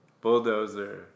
Bulldozer